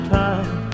time